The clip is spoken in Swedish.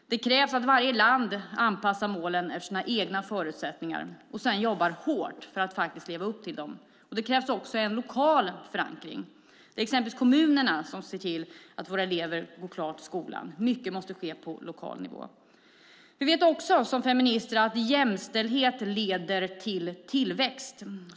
Det krävs att varje land anpassar målen efter sina egna förutsättningar och sedan jobbar hårt för att faktiskt leva upp till dem. Det krävs också en lokal förankring. Det är exempelvis kommunerna som ser till att våra elever går klart skolan. Mycket måste ske på lokal nivå. Vi vet också som feminister att jämställdhet leder till tillväxt.